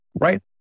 right